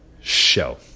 show